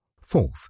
Fourth